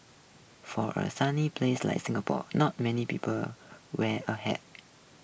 for a sunny place like Singapore not many people wear a hat